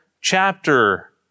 chapter